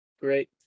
Great